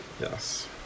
yes